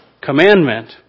commandment